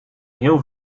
heel